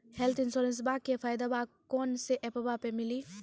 Health इंश्योरेंसबा के फायदावा कौन से ऐपवा पे मिली?